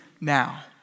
now